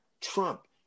Trump